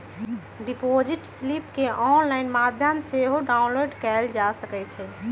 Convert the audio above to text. deposit slip केंऑनलाइन माध्यम से सेहो डाउनलोड कएल जा सकइ छइ